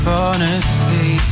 honesty